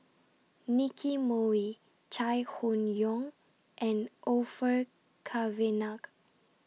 Nicky Moey Chai Hon Yoong and Orfeur Cavenagh